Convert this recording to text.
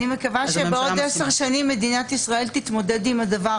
אני מקווה שבעוד עשר שנים מדינת ישראל תתמודד עם הדבר